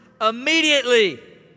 Immediately